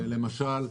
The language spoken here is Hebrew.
למשל,